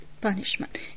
Punishment